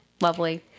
lovely